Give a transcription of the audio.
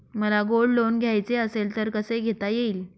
मला gold loan घ्यायचे असेल तर कसे घेता येईल?